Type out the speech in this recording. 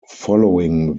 following